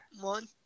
One